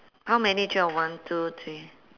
how many actually I've one two three